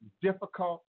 difficult